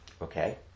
Okay